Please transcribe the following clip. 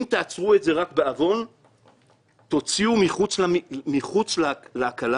אם תעצרו את זה רק בעוון תוציאו מחוץ להקלה